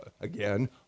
again